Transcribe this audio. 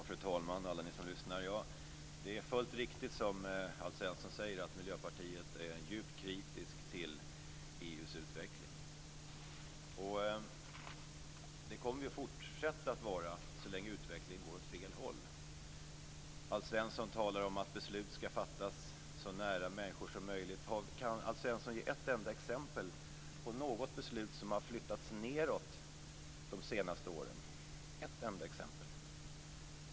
Fru talman och alla ni som lyssnar! Det är fullt riktigt, som Alf Svensson säger, att Miljöpartiet är djupt kritiskt till EU:s utveckling. Det kommer vårt parti att fortsätta att vara så länge utvecklingen går åt fel håll. Alf Svensson talar om att beslut ska fattas så nära människor som möjligt. Kan Alf Svensson ge ett enda exempel på något beslut som har flyttats nedåt de senaste åren?